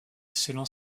selon